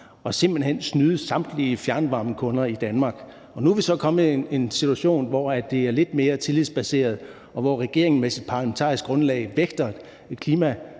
og simpelt hen snyde samtlige fjernvarmekunder i Danmark. Nu er vi så kommet i en situation, hvor det er lidt mere tillidsbaseret, og hvor regeringen med sit parlamentariske grundlag vægter klima